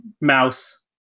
Mouse